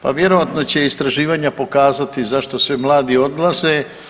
Pa vjerojatno će istraživanja pokazati zašto sve mladi odlaze.